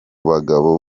bagabo